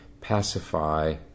Pacify